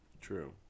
True